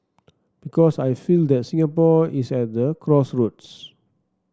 because I feel that Singapore is at the crossroads